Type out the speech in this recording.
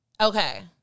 Okay